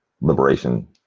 liberation